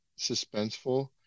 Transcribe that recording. suspenseful